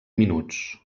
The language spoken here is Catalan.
minuts